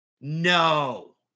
No